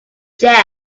jeff